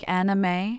anime